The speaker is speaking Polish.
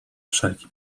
wszelki